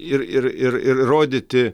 ir ir ir ir rodyti